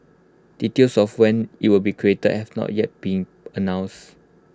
details of when IT will be created have not yet been announced